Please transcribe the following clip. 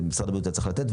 שמשרד הבריאות היה צריך לתת,